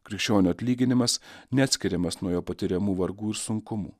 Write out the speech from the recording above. krikščionio atlyginimas neatskiriamas nuo jo patiriamų vargų ir sunkumų